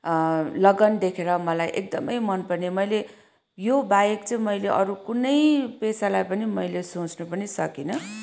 लगन देखेर मलाई एकदमै मनपर्ने मैले योबाहेक चाहिँ मैले अरू कुनै पेसालाई पनि मैले सोच्नु पनि सकिनँ